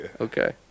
Okay